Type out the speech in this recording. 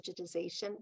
digitization